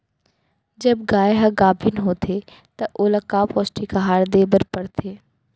जब गाय ह गाभिन होथे त ओला का पौष्टिक आहार दे बर पढ़थे?